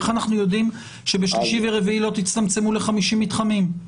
איך אנחנו יודעים שבשלישי וברביעי לא תצטמצמו ל-50 מתחמים?